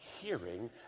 hearing